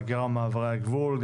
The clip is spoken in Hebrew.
ההגירה ומעברי הגבול,